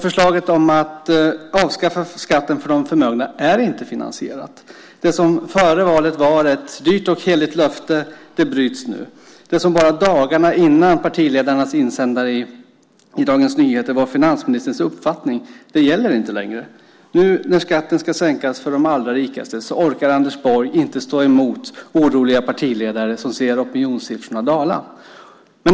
Förslaget om att avskaffa skatten för de förmögna är inte finansierat. Det som före valet var ett dyrt och heligt löfte bryts nu. Det som bara dagarna innan partiledarnas insändare i Dagens Nyheter var finansministerns uppfattning gäller inte längre. Nu när skatten ska sänkas för de allra rikaste orkar Anders Borg inte stå emot oroliga partiledare som ser opinionssiffrorna dala.